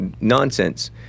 nonsense